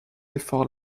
effort